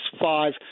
five